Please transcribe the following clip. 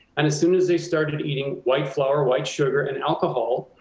and as soon as they started eating white flour, white sugar and alcohol,